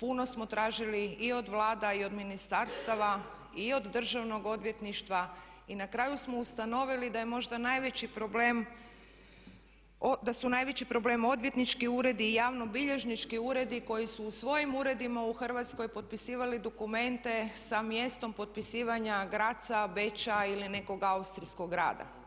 puno smo tražili i od Vlada i od ministarstava i od Državnog odvjetništva i na kraju smo ustanovili, da je možda najveći problem, da su najveći problem odvjetnički uredi i javnobilježnički uredi koji su u svojim uredima u Hrvatskoj potpisivali dokumente sa mjestom potpisivanja Graza, Beča ili nekog austrijskog grada.